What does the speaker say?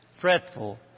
fretful